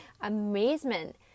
amazement